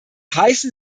heißen